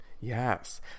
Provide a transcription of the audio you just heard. Yes